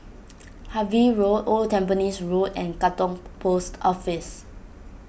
Harvey Road Old Tampines Road and Katong Post Office